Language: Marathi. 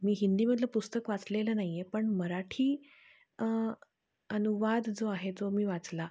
मी हिंदीमधलं पुस्तक वाचलेलं नाही आहे पण मराठी अनुवाद जो आहे जो मी वाचला